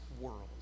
world